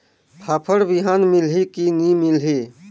फाफण बिहान मिलही की नी मिलही?